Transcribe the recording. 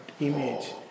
image